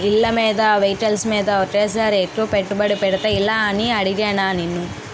ఇళ్ళమీద, వెహికల్స్ మీద ఒకేసారి ఎక్కువ పెట్టుబడి పెడితే ఎలా అని అడిగానా నిన్ను